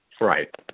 Right